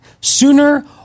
sooner